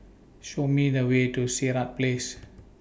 Show Me The Way to Sirat Place